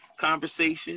conversation